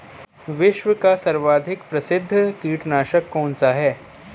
विश्व का सर्वाधिक प्रसिद्ध कीटनाशक कौन सा है?